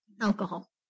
alcohol